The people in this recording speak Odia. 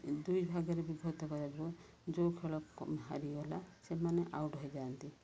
ଦୁଇ ଭାଗରେ ବିଭକ୍ତ କରାଯିବ ଯେଉଁ ଖେଳ ହାରିଗଲା ସେମାନେ ଆଉଟ୍ ହେଇଯାଆନ୍ତି